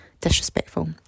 disrespectful